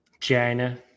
China